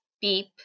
beep